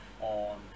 on